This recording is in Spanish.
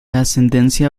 ascendencia